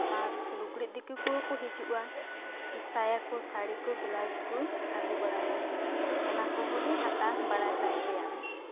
ᱟᱨ ᱞᱩᱜᱽᱲᱤᱡ ᱫᱤᱠᱩ ᱠᱚᱦᱚᱸ ᱠᱚ ᱦᱤᱡᱩᱜᱼᱟ ᱥᱟᱭᱟᱠᱚ ᱥᱟᱹᱲᱤ ᱠᱚ ᱵᱞᱟᱣᱩᱡᱽ ᱠᱚᱭ ᱟᱹᱜᱩ ᱵᱟᱲᱟᱭᱟ ᱚᱱᱟ ᱠᱚᱦᱚᱸᱞᱮ ᱦᱟᱛᱟᱣ ᱵᱟᱲᱟ ᱛᱟᱭ ᱜᱮᱭᱟ